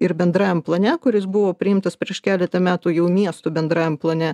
ir bendrajam plane kuris buvo priimtas prieš keletą metų jau miesto bendrajam plane